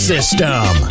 System